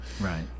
Right